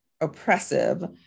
oppressive